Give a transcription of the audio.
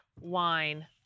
wine